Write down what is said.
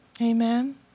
Amen